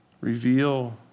Reveal